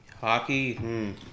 Hockey